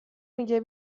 میگه